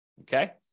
okay